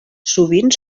sovint